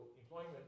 employment